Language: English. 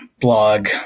blog